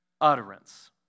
utterance